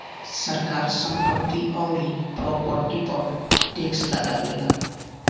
सरकार संपत्ति अउरी प्रॉपर्टी पर टैक्स लगावेला